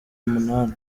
umunani